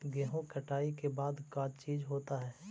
गेहूं कटाई के बाद का चीज होता है?